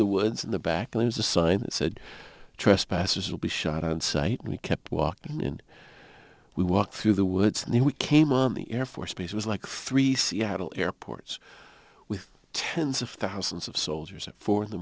the woods in the back it was a sign that said trespassers will be shot on sight and we kept walking and we walked through the woods and then we came on the air force base was like three seattle airports with tens of thousands of soldiers at four in the